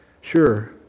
Sure